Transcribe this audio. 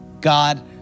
God